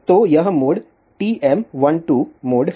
तो यह mode TM12 mode है